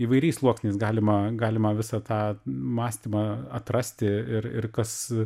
įvairiais sluoksniais galima galima visą tą mąstymą atrasti ir ir kas